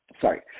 Sorry